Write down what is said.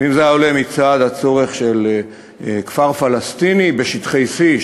ואם זה היה עולה מצד הצורך של כפר פלסטיני בשטחי C,